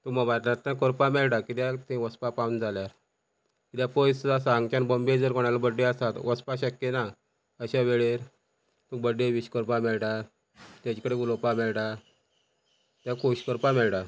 तूं मोबायलांतल्यान करपा मेयटा कित्याक थंय वचपाक पावना जाल्यार कित्याक पयस आसा हांगच्यान बाँबे जर कोणालो बड्डे आसा वसपा शक्य ना अशा वेळेर तुका बड्डे वीश करपाक मेळटा तेजे कडेन उलोवपा मेयटा तेका खोश करपाक मेयटा